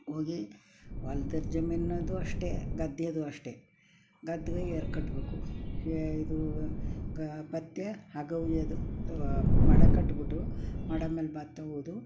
ಹೋಗಿ ಹೊಲ್ದು ಜಮೀನದು ಅಷ್ಟೇ ಗದ್ದೆಯದು ಅಷ್ಟೇ ಗದ್ದೆಗೆ ಏರಿ ಕಟ್ಟಬೇಕು ಏ ಇದು ಗ ಪಥ್ಯ ಹಗ್ಗ ಹುಯ್ಯೋದು ಮಡ ಕಟ್ಬಿಟ್ಟು ಮಡ ಮೇಲೆ ಭತ್ತ ಹೂದು